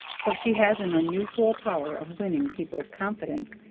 for she has an unusual power of winning people's confidence,